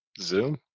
Zoom